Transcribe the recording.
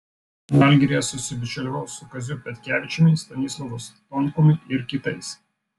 žalgiryje susibičiuliavau su kaziu petkevičiumi stanislovu stonkumi ir kitais